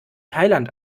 thailand